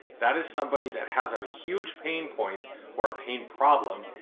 that is somebody that has a huge pain point or a pain problem,